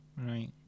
right